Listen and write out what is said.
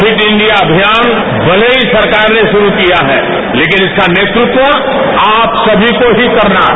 fit India अभियान भले की सरकार ने शुरू किया है लेकिन इसका नेतृत्व आप सभी को ही करना है